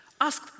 Ask